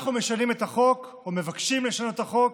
אנחנו משנים את החוק, או מבקשים לשנות את החוק,